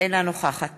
אינה נוכחת